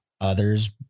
Others